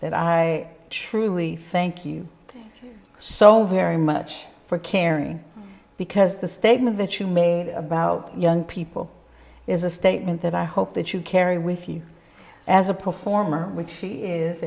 that i truly thank you so very much for caring because the statement that you made about young people is a statement that i hope that you carry with you as a performer with